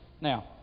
Now